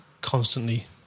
Constantly